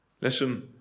Listen